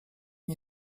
nie